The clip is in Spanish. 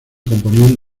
componían